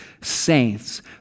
saints